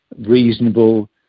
reasonable